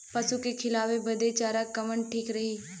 पशु के खिलावे बदे चारा कवन ठीक रही?